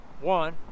one